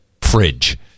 fridge